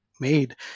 made